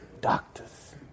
doctors